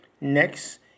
Next